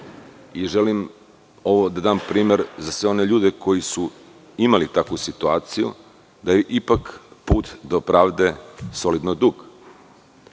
i želim da dam primer za sve one ljudi koji su imali takvu situaciju, da je ipak put do pravde solidno dug.